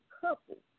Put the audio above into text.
couple